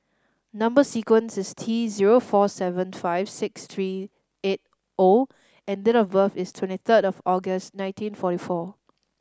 number sequence is T zero four seven five six three eight O and date of birth is twenty third of August nineteen forty four